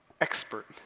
expert